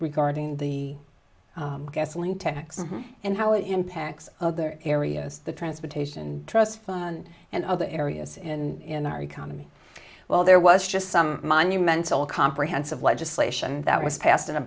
regarding the gasoline tax and how it impacts their areas the transportation trust fund and other areas in our economy well there was just some monumental comprehensive legislation that was passed in a